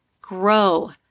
grow